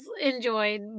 enjoyed